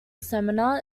seminar